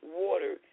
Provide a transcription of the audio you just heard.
water